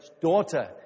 daughter